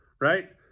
right